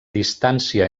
distància